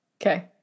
Okay